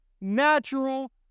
natural